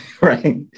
right